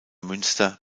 münster